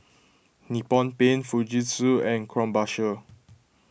Nippon Paint Fujitsu and Krombacher